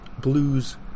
blues